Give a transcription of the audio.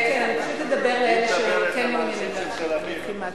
כן, אני פשוט אדבר לאלה שכן מעוניינים להקשיב.